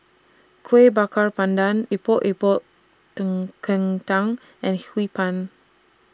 Kuih Bakar Pandan Epok Epok ten Kentang and Hee Pan